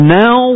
now